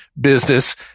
business